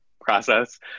process